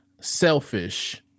selfish